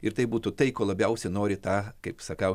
ir tai būtų tai ko labiausiai nori tą kaip sakau